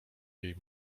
jej